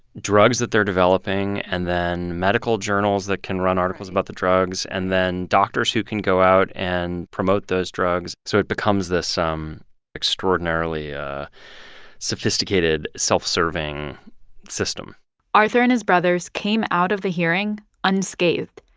drugs that they're developing and then medical journals that can run articles about the drugs and then doctors who can go out and promote those drugs. so it becomes this extraordinarily ah sophisticated, self-serving system arthur and his brothers came out of the hearing unscathed.